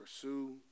Pursue